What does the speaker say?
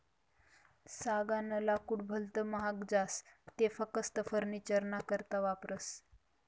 सागनं लाकूड भलत महाग जास ते फकस्त फर्निचरना करता वापरतस